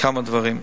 כמה דברים,